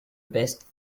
best